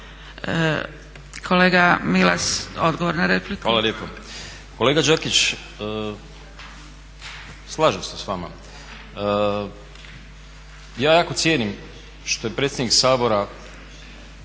Kolega Milas, odgovor na repliku.